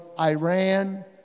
Iran